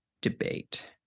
Debate